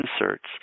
inserts